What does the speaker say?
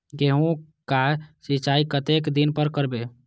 गेहूं का सीचाई कतेक दिन पर करबे?